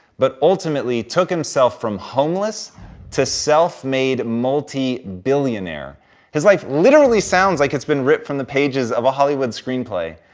but ultimately took himself from homeless to self-made multibillionaire. his life literally sounds like it's been ripped from the pages of a hollywood screenplay.